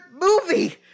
movie